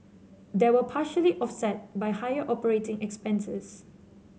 these were partially offset by higher operating expenses